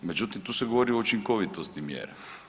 Međutim, tu se govori o učinkovitosti mjera.